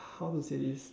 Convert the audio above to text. how to say this